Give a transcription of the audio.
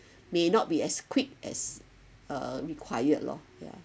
may not be as quick as uh required lor ya